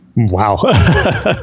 wow